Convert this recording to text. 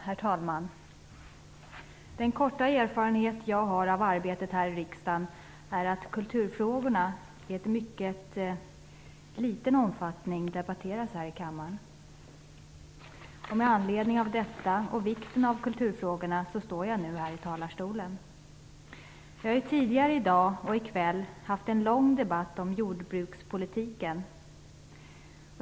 Herr talman! Den korta erfarenhet jag har av arbetet här i riksdagen är att kulturfrågorna i mycket liten omfattning debatteras här i kammaren. Med anledning av detta och vikten av kulturfrågorna står jag nu i talarstolen. Vi har tidigare i dag och i kväll haft en lång debatt om jordbrukspolitiken.